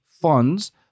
funds